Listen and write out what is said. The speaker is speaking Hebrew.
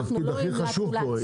את התפקיד הכי חשוב פה.